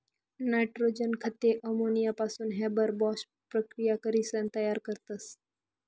nitrogen खते अमोनियापासून Haber Bosch प्रकिया करीसन तयार करतस